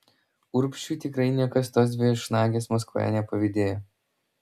urbšiui tikrai niekas tos viešnagės maskvoje nepavydėjo